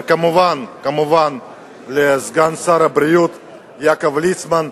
וכמובן כמובן לסגן שר הבריאות יעקב ליצמן.